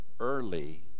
early